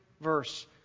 verse